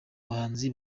bahanzi